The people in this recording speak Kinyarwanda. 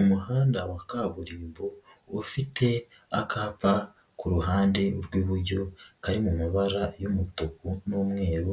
Umuhanda wa kaburimbo ufite akapa ku ruhande rw'iburyo kari mu mabara y'umutuku n'umweru